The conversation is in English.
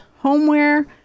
homeware